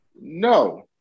no